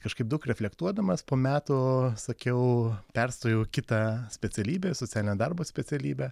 kažkaip daug reflektuodamas po metų sakiau perstojau į kitą specialybę socialinio darbo specialybę